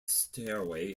stairway